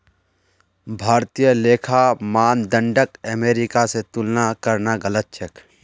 भारतीय लेखा मानदंडक अमेरिका स तुलना करना गलत छेक